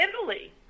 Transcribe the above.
Italy